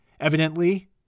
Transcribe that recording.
Evidently